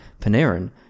Panarin